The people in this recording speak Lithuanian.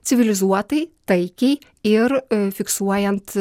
civilizuotai taikiai ir fiksuojant